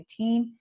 2019